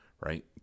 right